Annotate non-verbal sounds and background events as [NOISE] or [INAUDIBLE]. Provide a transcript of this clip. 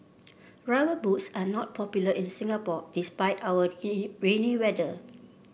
rubber boots are not popular in Singapore despite our [UNINTELLIGIBLE] rainy weather